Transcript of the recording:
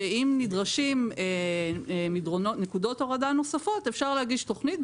שאם נדרשות נקודות הורדה נוספות אפשר להגיש תוכנית,